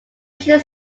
mission